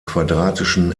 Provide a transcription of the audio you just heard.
quadratischen